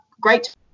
great